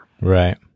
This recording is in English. Right